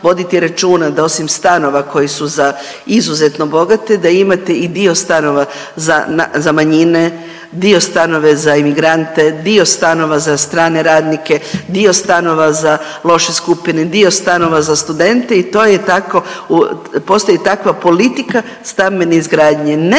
da osim stanova koji su za izuzetno bogate da imate i dio stanova za manjine, dio stanova za emigrante, dio stanova za strane radnike, dio stanova za loše skupine, dio stanova za studente i to je tako, postoji takva politika stambene izgradnje